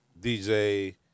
DJ